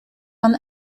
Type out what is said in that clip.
man